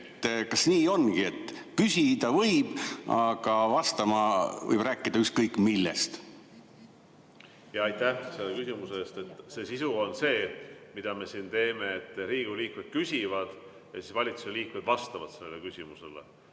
Kas nii ongi, et küsida võib, aga vastaja võib rääkida ükskõik millest? Aitäh selle küsimuse eest! Sisu on see, mida me siin teeme, et Riigikogu liikmed küsivad ja siis valitsuse liikmed vastavad sellele küsimusele.